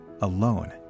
alone